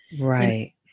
Right